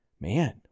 man